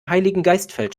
heiligengeistfeld